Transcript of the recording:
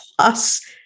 Plus